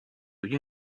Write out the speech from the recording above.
you